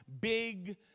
big